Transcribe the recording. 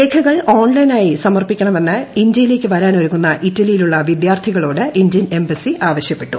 രേഖകൾ ഓൺലൈനായി സമർപ്പിക്കണമെന്ന് ഇന്ത്യയിലേക്ക് വരാൻ ഒരുങ്ങുന്ന ഇറ്റലിയിലുള്ള വിദ്യാർത്ഥികളോട് ഇന്ത്യൻ എംബസി ആവശ്യപ്പെട്ടു